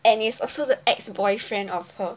and is also the ex-boyfriend of her